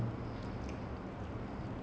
you can't watch in theatre now also